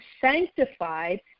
sanctified